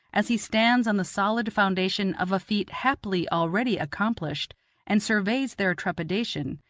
as he stands on the solid foundation of a feat happily already accomplished and surveys their trepidation,